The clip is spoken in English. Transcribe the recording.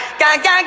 gang